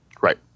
Right